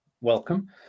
welcome